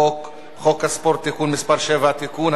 חוק הספורט (תיקון מס' 7) (תיקון),